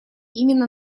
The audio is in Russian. именно